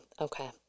Okay